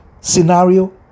scenario